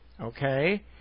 Okay